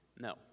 No